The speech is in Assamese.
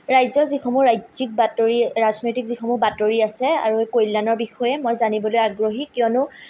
ৰাজ্যৰ যিসমূহ ৰাজ্যিক বাতৰি ৰাজনৈতিক যিসমূহ বাতৰি আছে আৰু এইেই কল্যাণৰ বিষয়ে মই জানিবলৈ আগ্ৰহী কিয়নো